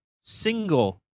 single